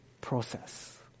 process